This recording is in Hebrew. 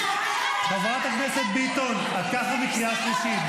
--- חברת הכנסת ביטון, את ככה מקריאה שלישית.